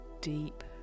deep